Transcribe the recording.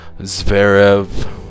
Zverev